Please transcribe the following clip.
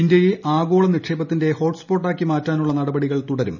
ഇന്ത്യയെ ആഗോള നിക്ഷേപത്തിന്റെ ഹോട്ട്സ്പോട്ടാക്കി മാറ്റുന്നതിനുള്ള നടപടികൾ തുടരും